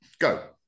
Go